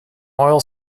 oil